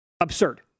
Absurd